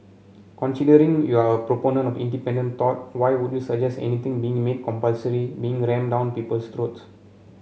considering you're a proponent of independent thought why would you suggest anything being made compulsory being rammed down people's throats